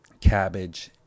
cabbage